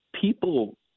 people